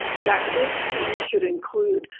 that this team should include